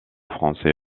français